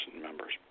members